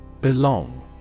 Belong